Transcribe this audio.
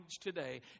today